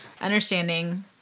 understanding